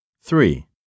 Three